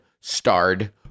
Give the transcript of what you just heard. starred